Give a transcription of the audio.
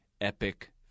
Epic